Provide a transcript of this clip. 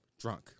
drunk